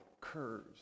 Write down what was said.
curves